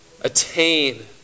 attain